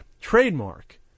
trademark